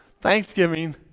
thanksgiving